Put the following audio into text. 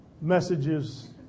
messages